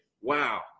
wow